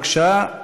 בבקשה,